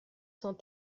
cent